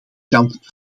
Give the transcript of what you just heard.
kant